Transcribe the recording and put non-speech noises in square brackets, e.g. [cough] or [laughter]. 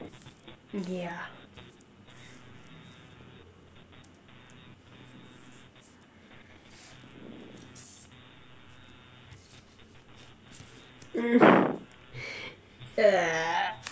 mm ya mm [laughs] err